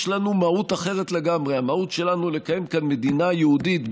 יש לנו מהות אחרת לגמרי: המהות שלנו היא לקיים כאן מדינה יהודית,